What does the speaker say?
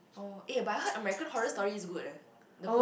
oh eh but I heard American Horror Story is good eh the first